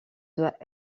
doit